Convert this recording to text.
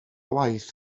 waith